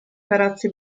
palazzi